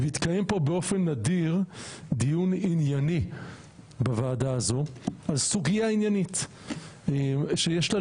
והתקיים פה באופן נדיר דיון ענייני בוועדה הזו על סוגיה עניינית שיש לה,